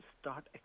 start